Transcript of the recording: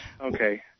okay